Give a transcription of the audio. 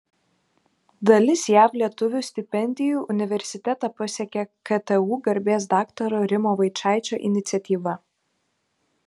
dalis jav lietuvių stipendijų universitetą pasiekia ktu garbės daktaro rimo vaičaičio iniciatyva